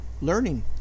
learning